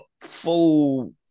full